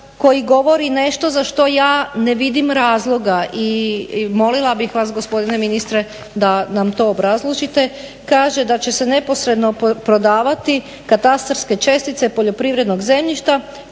koji govori nešto za što ja ne vidim razloga i molila bih vas gospodine ministre da nam to obrazložite. Kaže da će se neposredno prodavati katastarske čestice poljoprivrednog zemljišta